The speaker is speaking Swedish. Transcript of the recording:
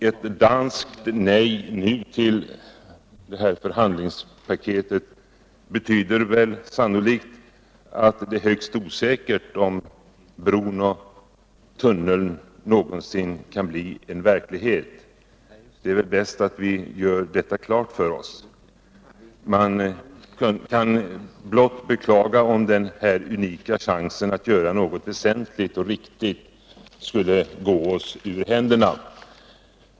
Ett danskt nej nu till förhandlingspaketet betyder väl — utrustning att det är högst osäkert om bron och tunneln någonsin kan bli verklighet Det är nog bäst att vi gör detta klart för oss. Man kan blott beklaga om den här unika chansen att göra något väsentligt och riktigt skulle gå oss ur händerna.